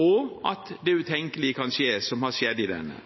og at det utenkelige kan skje – som har skjedd i denne.